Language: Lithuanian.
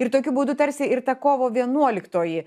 ir tokiu būdu tarsi ir ta kovo vienuoliktoji